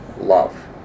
Love